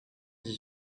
dix